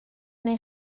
neu